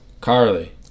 Carly